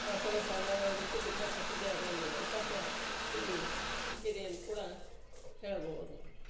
ಮಸಾಲೆ ಸಾಮಾನುಗಳಿಗಂತೂ ತುಂಬ ಪ್ರಸಿದ್ಧಿಯಾದ ಒಂದು ಅವಕಾಶ ಇಲ್ಲಿ ಇದೆ ಎಂದು ಕೂಡ ಹೇಳಬಹುದು